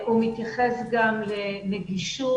הוא מתייחס גם לנגישות.